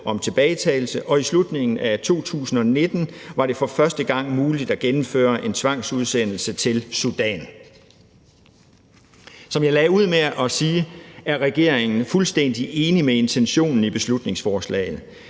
om tilbagetagelse, og i slutningen af 2019 var det for første gang muligt at gennemføre en tvangsudsendelse til Sudan. Som jeg lagde ud med at sige, er regeringen fuldstændig enig i intentionen i beslutningsforslaget.